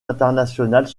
internationales